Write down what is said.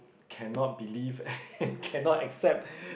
cannot believe cannot accept